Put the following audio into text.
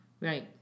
Right